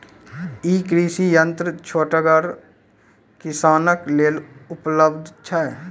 ई कृषि यंत्र छोटगर किसानक लेल उपलव्ध छै?